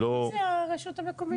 מי זה הרשות המקומית?